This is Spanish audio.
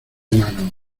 mano